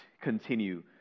continue